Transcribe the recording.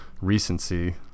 recency